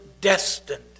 destined